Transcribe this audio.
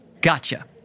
Gotcha